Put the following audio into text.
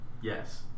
Yes